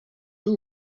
who